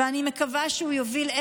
ואני מקווה שהוא יוביל,